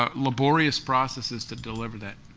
ah laborious processes to deliver that,